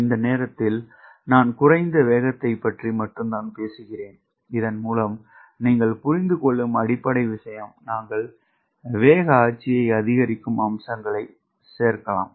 இந்த நேரத்தில் நான் குறைந்த வேகத்தைப் பற்றி பேசுகிறேன் இதன் மூலம் நீங்கள் புரிந்துகொள்ளும் அடிப்படை விஷயம் நாங்கள் வேக நிலையை அதிகரிக்கும் அம்சங்களைச் சேர்க்கலாம்